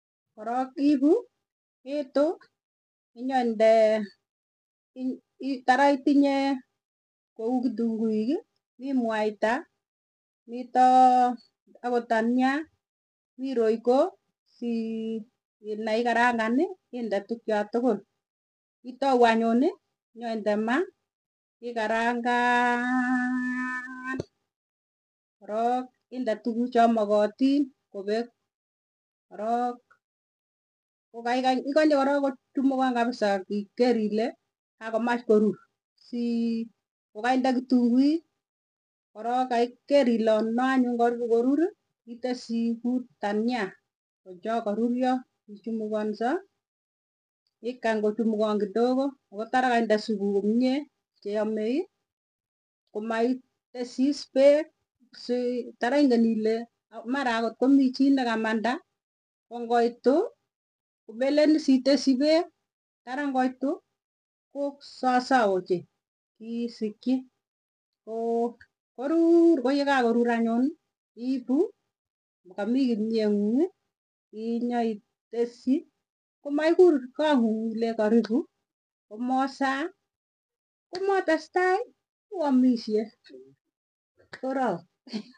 Korok iipu, iitu inyoinde i- i tara itinye ko uu kitunguik, mi mwaita, mita akot tania, mi royco, sii neikarangan inde tukcho tukul, itau anyun i, nyoinde ma, ikarangaan, korok inde tukucho makatin kopek, korork kokaikai. ikanye korok kochumukon kapisa ikeer ile kakomach korur, si kokainde kitunguik, korok kaiker ile orona anyun karipu korur, iteshi ku tania, ang' cha karuryo, kichumukanso, ikany kochimukon kidog ako tara kainde supu komye cheyame komaiteshi is peek si tara ing'en ile a mara akot ko mi chii nekamanda, ko ng'oitu ko meleen is iteshi pek, tara ng'oitu ko sasawa ochei, kisikchi, ko koruur ko yekakorur anyun, iipu ng'okamii kimye ng'ung ii, inyo iteschi komaikuur ko ng'ung ile karipu komosaa, komotestai, oaishe, korook.